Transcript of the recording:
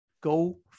go